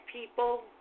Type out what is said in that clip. people